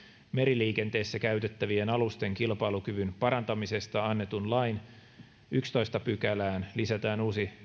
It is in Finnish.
meriliikenteessä käytettävien alusten kilpailukyvyn parantamisesta annetun lain yhdenteentoista pykälään lisätään uusi toinen momentti